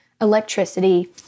electricity